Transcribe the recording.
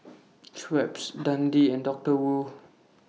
Schweppes Dundee and Doctor Wu